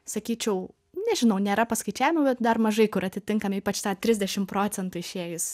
sakyčiau nežinau nėra paskaičiavimų bet dar mažai kur atitinkam ypač tą trisdešim procentų išėjus